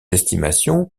estimations